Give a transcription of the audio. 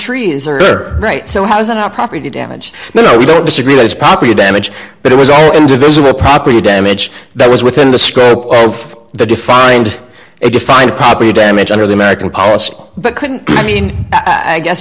trees are great so how is that our property damage no we don't disagree as property damage but it was all individual property damage that was within the scope of the defined it defined property damage under the american power but couldn't i mean i guess